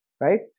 right